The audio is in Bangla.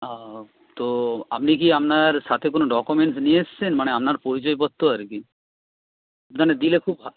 ও তো আপনি কি আপনার সাথে কোনো ডকুমেন্টস নিয়ে এসছেন মানে আপনার পরিচয় পত্র আর কি মানে দিলে খুব